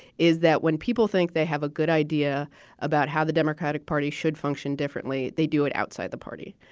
is that when people think they have a good idea about how the democratic party should function differently, they do it outside the party.